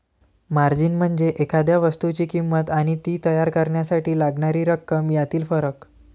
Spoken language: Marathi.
मार्जिन म्हणजे एखाद्या वस्तूची किंमत आणि ती तयार करण्यासाठी लागणारी रक्कम यातील फरक